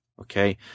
Okay